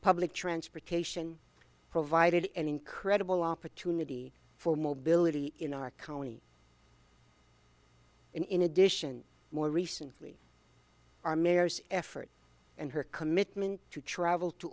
public transportation provided an incredible opportunity for mobility in our county and in addition more recently our mayor's effort and her commitment to travel to